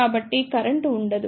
కాబట్టి కరెంట్ ఉండదు